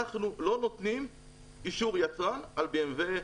אנחנו לא נותנים חישוב יצרן על BMV,